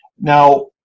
Now